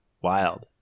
wild